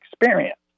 experience